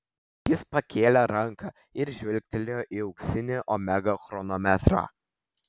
jis pakėlė ranką ir žvilgtelėjo į auksinį omega chronometrą